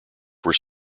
were